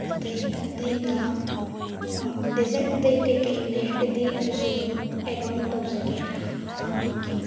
ꯑꯇꯩ ꯑꯇꯩꯗ ꯗꯦꯖꯥꯔꯠ ꯑꯇꯩ ꯀꯩ ꯀꯩ ꯂꯩꯔꯒꯗꯤ ꯑꯗꯨꯁꯨ ꯑꯗꯨꯝ ꯑꯦꯗ ꯑꯣꯟ ꯇꯧꯖꯒꯦ